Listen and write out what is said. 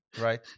right